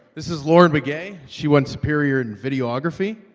this is lauren begay. she won superior in videography